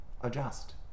Adjust